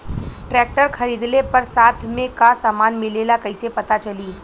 Tractor खरीदले पर साथ में का समान मिलेला कईसे पता चली?